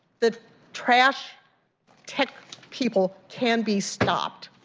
the trash tech people can be stopped.